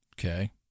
Okay